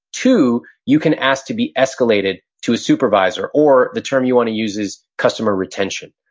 two, you can ask to be escalated to a supervisor, or the term you wanna use is customer retention.